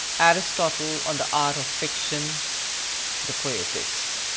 aristotle on the art of fiction the poetics,